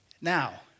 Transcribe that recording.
Now